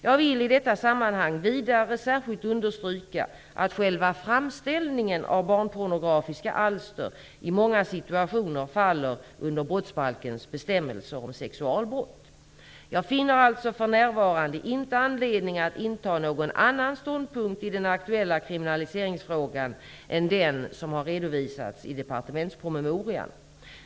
Jag vill i detta sammanhang vidare särskilt understryka att själva framställningen av barnpornografiska alster i många situationer faller under brottsbalkens bestämmelser om sexualbrott. Jag finner alltså för närvarande inte anledning att inta någon annan ståndpunkt i den aktuella kriminaliseringsfrågan än den som har redovisats i departementspromemorian.